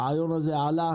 מה מצב הרעיון הזה שעלה?